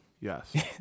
yes